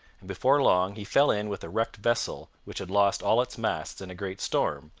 and before long he fell in with a wrecked vessel which had lost all its masts in a great storm,